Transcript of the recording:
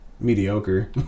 Mediocre